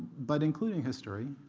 but including history,